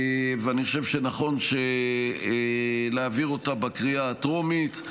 ואני חושב שנכון להעביר אותה בקריאה הטרומית.